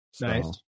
Nice